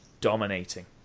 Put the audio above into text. dominating